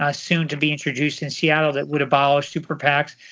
ah soon to be introduced in seattle that would abolish super pacs.